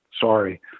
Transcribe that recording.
sorry